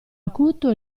acuto